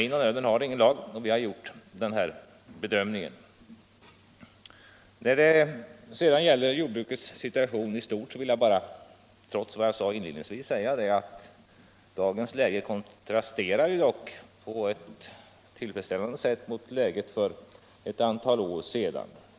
När det gäller jordbrukets situation i stort vill jag, trots vad jag sade inledningsvis, framhålla att dagens läge kontrasterar på ett tillfredsställande sätt mot läget för ett antal år sedan.